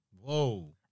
whoa